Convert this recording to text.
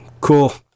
Cool